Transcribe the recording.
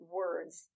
words